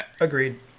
Agreed